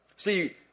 See